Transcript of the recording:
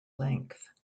length